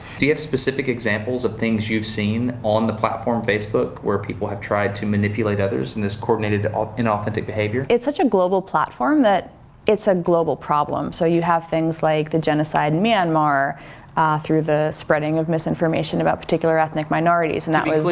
do you have specific examples of things you've seen on the platform, facebook, where people have tried to manipulate others in this coordinated ah inauthentic behavior? it's such a global platform that it's a global problem. so you have things like the genocide in myanmar through the spreading of misinformation about particular ethnic minorities, and that was to